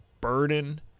burden